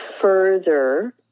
further